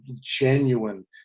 genuine